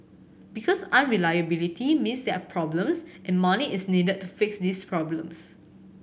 because unreliability means there are problems and money is needed to fix these problems